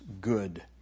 good